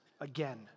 again